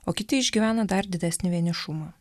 o kiti išgyvena dar didesnį vienišumą